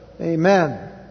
Amen